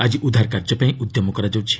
ଆଜି ଉଦ୍ଧାର କାର୍ଯ୍ୟପାଇଁ ଉଦ୍ୟମ କରାଯାଉଛି